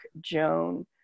Joan